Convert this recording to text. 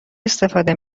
استفاده